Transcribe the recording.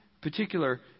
particular